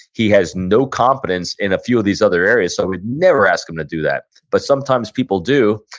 he has no competence in a few of these other areas so i would never ask them to do that. but sometimes people do,